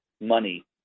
money